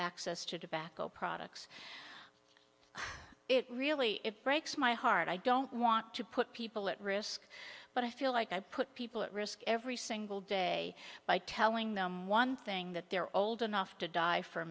access to tobacco products it really it breaks my heart i don't want to put people at risk but i feel like i put people at risk every single day by telling them one thing that they're old enough to die for